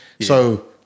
So-